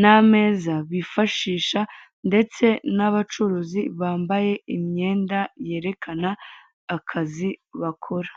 n'ameza bifashisha ndetse n'abacuruzi bambaye imyenda yerekana akazi bakora.